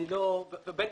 זאת לא פרסומת אבל הוא אומר.